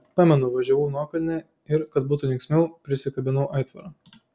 pamenu važiavau nuokalne ir kad būtų linksmiau prisikabinau aitvarą